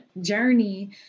journey